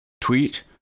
tweet